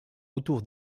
autour